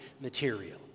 material